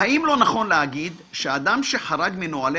האם לא נכון להגיד שאדם שחרג מנהלי